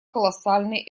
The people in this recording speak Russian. колоссальный